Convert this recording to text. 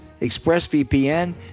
ExpressVPN